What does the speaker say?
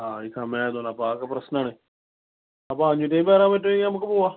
ആ ഈ സമായതുകൊണ്ട് അപ്പം അതൊക്കെ പ്രശ്നമാണ് അപ്പോൾ അഞ്ഞൂറ്റമ്പത്ത് തരാന് പറ്റുവെങ്കിൽ നമുക്ക് പോകാം